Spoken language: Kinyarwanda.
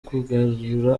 kugarura